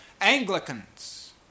Anglicans